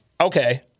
okay